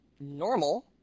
normal